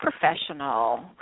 professional